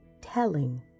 telling